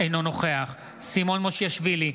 אינו נוכח סימון מושיאשוילי,